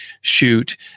shoot